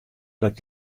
dat